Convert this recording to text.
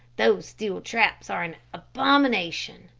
those steel traps are an abomination.